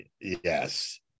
Yes